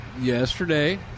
yesterday